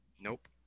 Nope